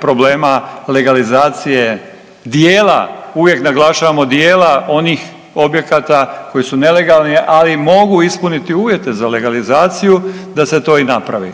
problema legalizacije dijela, uvijek naglašavamo dijela onih objekata koji su nelegalni, ali mogu ispuniti uvjete za legalizaciju da se to i napravi.